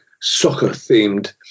soccer-themed